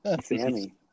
Sammy